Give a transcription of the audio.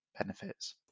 benefits